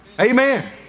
Amen